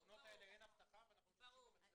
במעונות הללו אין אבטחה ואנחנו משתמשים במצלמות.